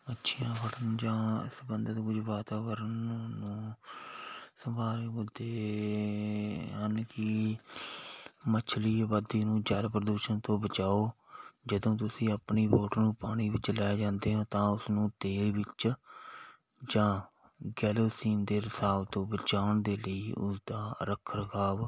ਮੱਛੀਆਂ ਫੜਨ ਜਾਂ ਇਸ ਸਬੰਧਿਤ ਕੁੱਝ ਵਾਤਾਵਰਨ ਨੂੰ ਸੰਭਾਲ ਹਨ ਕਿ ਮੱਛਲੀ ਆਬਾਦੀ ਨੂੰ ਜਲ ਪ੍ਰਦੂਸ਼ਣ ਤੋਂ ਬਚਾਓ ਜਦੋਂ ਤੁਸੀਂ ਆਪਣੀ ਬੋਟ ਨੂੰ ਪਾਣੀ ਵਿੱਚ ਲੈ ਜਾਂਦੇ ਹੋ ਤਾਂ ਉਸਨੂੰ ਦੇਹ ਵਿੱਚ ਜਾਂ ਕਹਿ ਲਓ ਸੀਨ ਦੇ ਰੀਸਾਵ ਤੋਂ ਬਚਾਉਣ ਦੇ ਲਈ ਉਸਦਾ ਰੱਖ ਰਖਾਅ